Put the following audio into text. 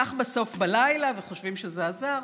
נשלח בסוף בלילה, חושבים שזה עזר?